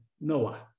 Noah